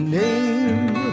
name